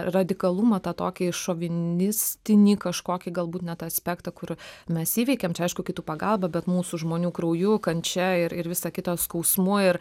radikalumą tą tokį šovinistinį kažkokį galbūt net aspektą kur mes įveikėm čia aišku kitų pagalba bet mūsų žmonių krauju kančia ir ir visa kita skausmu ir